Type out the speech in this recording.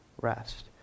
rest